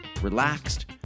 relaxed